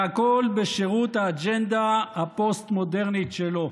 והכול בשירות האג'נדה הפוסט-מודרנית שלו.